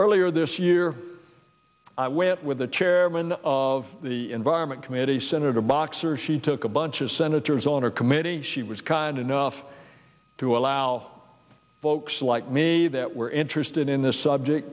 earlier this year i went with the chairman of the environment committee senator boxer she took a bunch of senators on our committee she was kind enough to allow folks like me that were interested in the subject